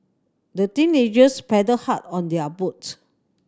the teenagers paddled hard on their boat